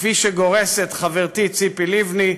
וכפי שגורסת חברתי ציפי לבני,